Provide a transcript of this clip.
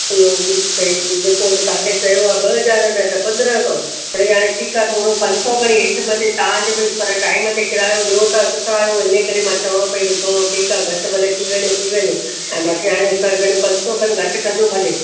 इहो बि भई जेको बि तव्हांखे चयो आहे ॿ हज़ार न त पंद्रहं सौ मिड़ेई हाणे ठीकु आहे थोरो पंज सौ खणी हेठि मथे तव्हांजे भई पर टाइम ते किरायो ॾियो था सुठा आहियो इन करे मां चवां पई भई थोरो ठीकु आहे घटि भले थी वञे थी वञे ऐं बाक़ी हाणे हिकु अधु घनी पंज सौ खन घटि कजो भले